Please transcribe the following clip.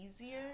easier